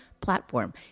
platform